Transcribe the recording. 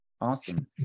Awesome